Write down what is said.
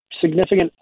significant